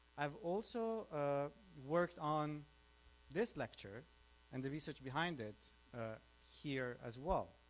i've also worked on this lecture and the research behind it here as well.